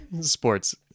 Sports